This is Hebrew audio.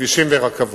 לכבישים ולרכבות,